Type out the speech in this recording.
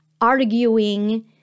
arguing